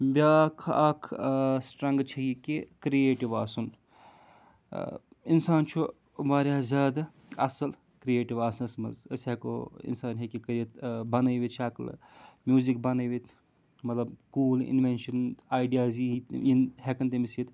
بیٛاکھ اَکھ سٹرَٛنٛگٕتھ چھِ یہِ کہِ کرٛٹِو آسُن اِنسان چھُ واریاہ زیادٕ اَصل کرٛیٹِو آسنَس منٛز أسۍ ہیٚکو اِنسان ہیٚکہِ یہِ کٔرِتھ بَنٲوِتھ شَکلہٕ میوٗزِک بَنٲوِتھ مطلب کوٗل اِنویٚنشَن آیڈِیاز یی یِی ہیٚکَن تٔمِس ییٚتہِ